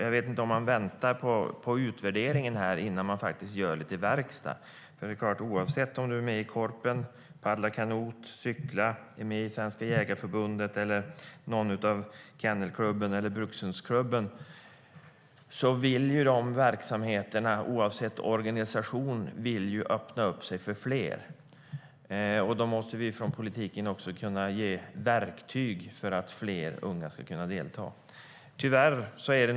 Jag vet inte om man väntar på utvärderingen innan man gör lite verkstad, för oavsett om du är med i Korpen, paddlar kanot, cyklar, är med i Svenska Jägareförbundet, Kennelklubben eller någon av brukshundsklubbarna vill verksamheterna oavsett organisation öppna upp för fler. Därför måste vi från politiskt håll ge verktyg så att fler unga ska kunna delta.